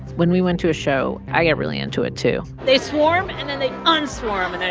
when we went to a show, i got really into it, too they swarm, and then they un-swarm.